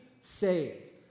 saved